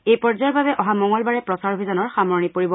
এই পৰ্যায়ৰ বাবে অহা মঙলবাৰে প্ৰচাৰ অভিযানৰ সামৰণি পৰিব